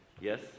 Yes